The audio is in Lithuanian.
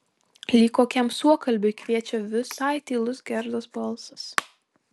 lyg kokiam suokalbiui kviečia visai tylus gerdos balsas